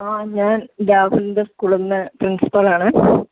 ആ ഞാൻ രാഹുലിൻ്റെ സ്കൂളിൽ നിന്ന് പ്രിൻസിപ്പാളാണ്